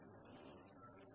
அளவு